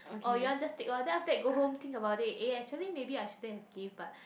orh you want just take lor then after that go home think about it eh actually maybe I shouldn't have give but